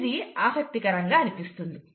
ఇది ఆసక్తికరం అనిపిస్తుంది